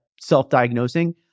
self-diagnosing